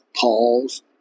Paul's